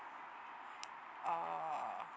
err